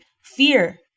Fear